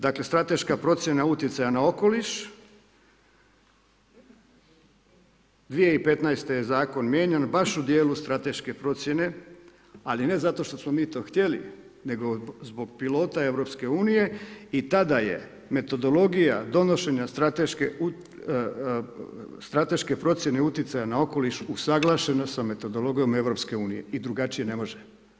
Dakle, strateška procjena utjecaja na okoliš, 2015. je zakon mijenjan baš u dijelu strateške ocjene, ali ne zato što smo mi to htjeli, nego zbog pilota EU i tada je metodologija donošenja strateške procjene utjecaja na okoliš usuglašena sa metodologijom EU i drugačije ne može.